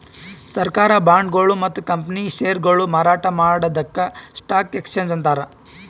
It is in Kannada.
ಸರ್ಕಾರ್ ಬಾಂಡ್ಗೊಳು ಮತ್ತ್ ಕಂಪನಿ ಷೇರ್ಗೊಳು ಮಾರಾಟ್ ಮಾಡದಕ್ಕ್ ಸ್ಟಾಕ್ ಎಕ್ಸ್ಚೇಂಜ್ ಅಂತಾರ